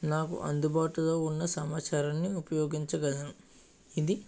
నాకు అందుబాటులో ఉన్న సమాచారాన్ని ఉపయోగించగలను ఇది